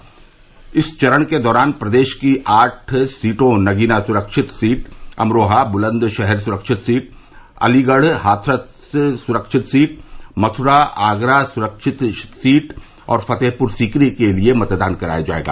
वहीं इस चरण के दौरान प्रदेश की आठ सीटों नगीना सुरक्षित सीट अमरोहा बुलन्दशहर सुरक्षित सीट अलीगढ़ हाथरस सुरक्षित सीट मथुरा आगरा सुरक्षित सीट और फ़तेहपुर सीकरी के लिये मतदान कराया जायेगा